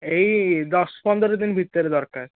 ଏଇ ଦଶ ପନ୍ଦର ଦିନ ଭିତରେ ଦରକାର